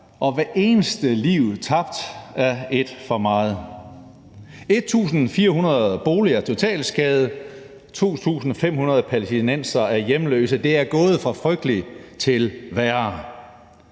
og hvert eneste liv tabt er et for meget. 1.400 boliger er totalskadede, 2.500 palæstinensere er hjemløse – det er gået fra frygteligt til værre.